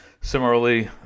Similarly